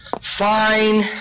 Fine